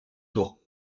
tour